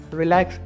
relax